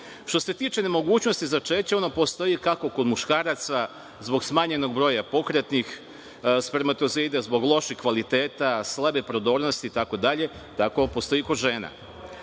se tiče nemogućnosti začeća, ona postoji kako kod muškaraca zbog smanjenog broja pokretnih spermatozoida, zbog lošeg kvaliteta, slabe prodornosti itd, tako postoji i kod žena.